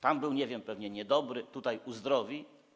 Tam był, nie wiem, pewnie niedobry, tutaj uzdrowi.